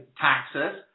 taxes